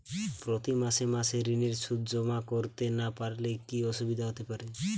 প্রতি মাসে মাসে ঋণের সুদ জমা করতে না পারলে কি অসুবিধা হতে পারে?